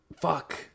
Fuck